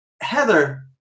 Heather